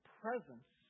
presence